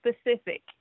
specific